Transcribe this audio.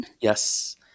Yes